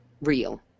real